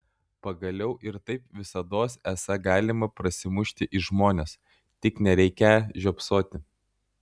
pagaliau ir taip visados esą galima prasimušti į žmones tik nereikią žiopsoti